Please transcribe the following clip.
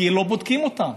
כי לא בודקים אותם.